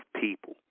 people